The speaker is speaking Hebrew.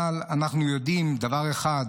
אבל אנחנו יודעים דבר אחד: